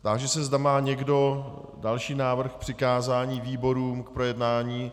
Táži se, zda má někdo další návrh k přikázání výborům k projednání.